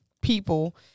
people